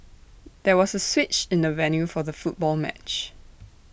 there was A switch in the venue for the football match